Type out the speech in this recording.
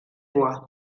bois